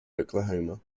oklahoma